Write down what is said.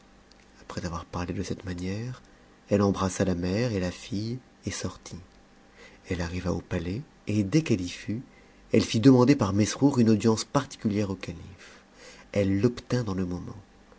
après avoir parlé de cette manière elle embrassa la mère et la fille et sortit elle arriva au palais et dès qu'elle y fut elle fit demander par mesrdur une audience particulière au calife elle l'obtint dans e moment